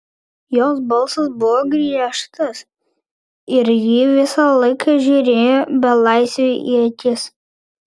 jos balsas buvo griežtas ir ji visą laiką žiūrėjo belaisviui į akis